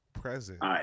present